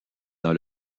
dans